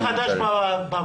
אני חדש בוועדה.